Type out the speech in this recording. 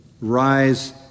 rise